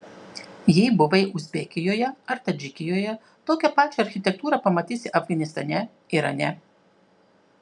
jei buvai uzbekijoje ar tadžikijoje tokią pačią architektūrą pamatysi afganistane irane